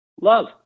love